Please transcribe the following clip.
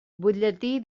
butlletí